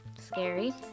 Scary